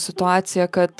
situaciją kad